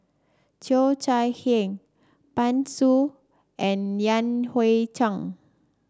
Cheo Chai Hiang Pan Shou and Yan Hui Chang